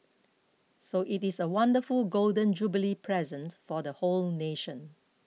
so it is a wonderful Golden Jubilee present for the whole nation